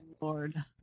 Lord